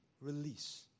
Release